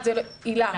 הילה.